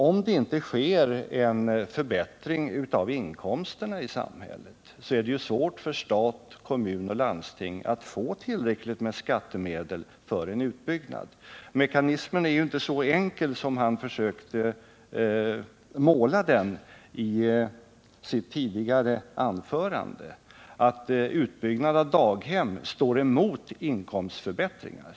Om det inte sker en förbättring av inkomsterna i samhället, så är det ju svårt för stat, kommun och landsting att få tillräckligt med skattemedel för en utbyggnad. Mekanismen är alltså inte så enkel som Gabriel Romanus försökte utmåla den i sitt tidigare anförande, nämligen att utbyggnad av daghem måste ställas emot inkomstförbättringar.